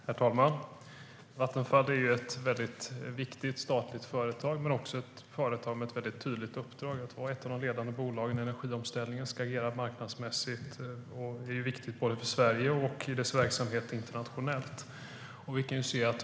Herr talman! Vattenfall är ett väldigt viktigt statligt företag men också ett företag med ett väldigt tydligt uppdrag att vara ett av de ledande bolagen i energiomställningen och agera marknadsmässigt. Det är viktigt både för Sverige och för verksamheten internationellt.